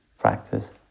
practice